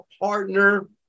partner